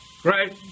Great